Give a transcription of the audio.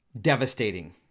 devastating